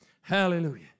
Hallelujah